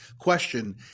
Question